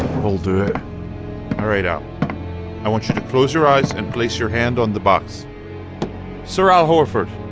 i'll do it all right, al i want you to close your eyes and place your hand on the box ser al horford,